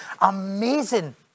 amazing